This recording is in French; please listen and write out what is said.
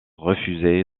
refusé